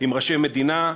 עם ראשי מדינה,